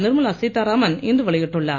நிர்மலா சீதாராமன் இன்று வெளியிட்டுள்ளார்